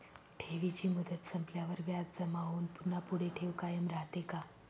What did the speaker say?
ठेवीची मुदत संपल्यावर व्याज जमा होऊन पुन्हा पुढे ठेव कायम राहते का?